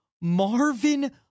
Marvin